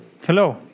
Hello